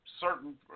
certain